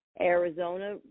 Arizona